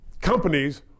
companies